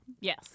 Yes